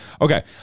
Okay